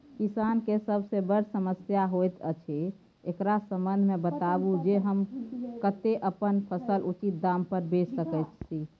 किसान के सबसे बर समस्या होयत अछि, एकरा संबंध मे बताबू जे हम कत्ते अपन फसल उचित दाम पर बेच सी?